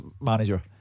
manager